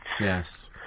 Yes